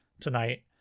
tonight